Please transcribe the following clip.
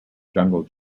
jungle